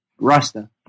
Rasta